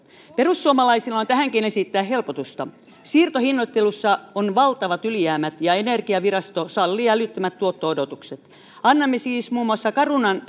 perussuomalaisilla on tähänkin esittää helpotusta siirtohinnoittelussa on valtavat ylijäämät ja energiavirasto sallii älyttömät tuotto odotukset annamme siis muun muassa carunan